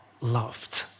loved